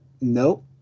nope